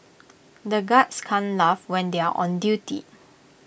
the guards can't laugh when they are on duty